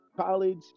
College